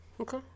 Okay